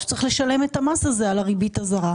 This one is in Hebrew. צריך לשלם את המס הזה על הריבית הזרה.